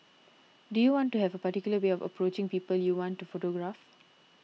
do you want to have a particular way of approaching people you want to photograph